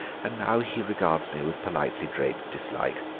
and now he regards me with politely-draped dislike.